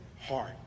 heart